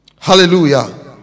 Hallelujah